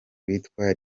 witwa